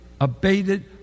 abated